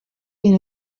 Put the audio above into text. been